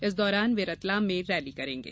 इस दौरान वे रतलाम में रैली करेंगे